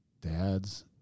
dads